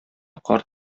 карт